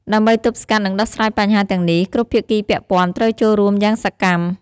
ដើម្បីទប់ស្កាត់នឹងដោះស្រាយបញ្ហាទាំងនេះ គ្រប់ភាគីពាក់ព័ន្ធត្រូវចូលរួមយ៉ាងសកម្ម។